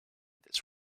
this